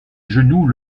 genou